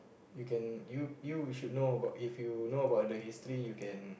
you can do you you should know about if you know about the history you can